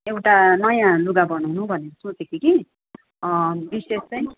एउटा नयाँ लुगा बनाउनु भनेर सोचेको थिएँ कि विशेष चाहिँ